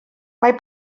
mae